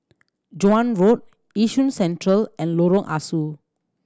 Joan Road Yishun Central and Lorong Ah Soo